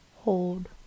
hold